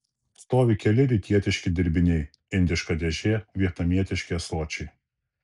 stovi keli rytietiški dirbiniai indiška dėžė vietnamietiški ąsočiai